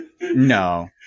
no